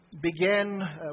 began